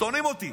שונאים אותי.